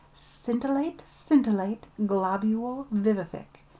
scintillate, scintillate, globule vivific,